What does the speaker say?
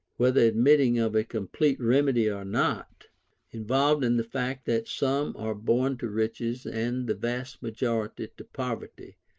whether admitting of a complete remedy or not involved in the fact that some are born to riches and the vast majority to poverty,